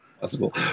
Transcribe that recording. possible